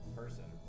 person